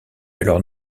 alors